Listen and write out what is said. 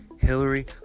Hillary